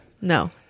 No